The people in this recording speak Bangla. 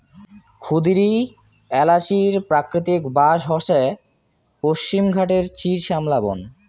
ক্ষুদিরী এ্যালাচির প্রাকৃতিক বাস হসে পশ্চিমঘাটের চিরশ্যামলা বন